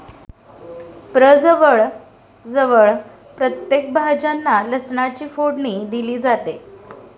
प्रजवळ जवळ प्रत्येक भाज्यांना लसणाची फोडणी दिली जाते